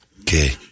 Okay